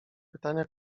pytania